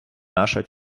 наша